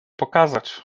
pokazać